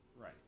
Right